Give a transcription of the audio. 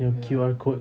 your Q_R code